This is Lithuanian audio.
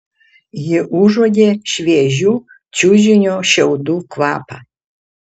ji užuodė šviežių čiužinio šiaudų kvapą